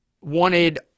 wanted